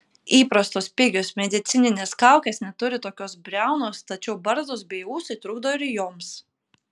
įprastos pigios medicininės kaukės neturi tokios briaunos tačiau barzdos bei ūsai trukdo ir joms